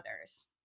others